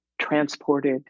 transported